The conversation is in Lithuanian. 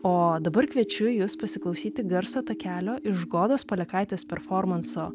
o dabar kviečiu jus pasiklausyti garso takelio iš godos palekaitės performanso